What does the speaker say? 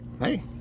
hey